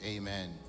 Amen